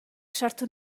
sartu